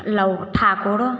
लौक ठाकुर